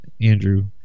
Andrew